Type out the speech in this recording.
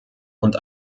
und